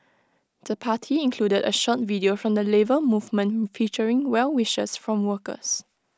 the party included A short video from the Labour Movement featuring well wishes from workers